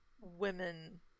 women